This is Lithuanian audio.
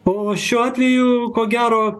o šiuo atveju ko gero